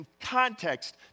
context